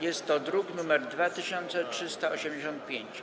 Jest to druk nr 2385.